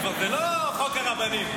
כי זה כבר לא חוק הרבנים.